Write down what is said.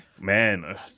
Man